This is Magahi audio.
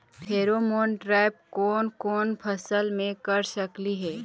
फेरोमोन ट्रैप कोन कोन फसल मे कर सकली हे?